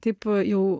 taip jau